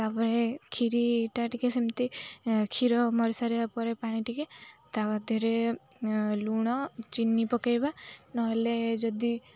ତାପରେ କ୍ଷୀରିଟା ଟିକେ ସେମିତି କ୍ଷୀର ମରିସାରିବା ପରେ ପାଣି ଟିକେ ତା ଦେହରେ ଲୁଣ ଚିନି ପକେଇବା ନହେଲେ ଯଦି